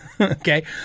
Okay